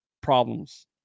problems